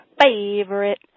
favorite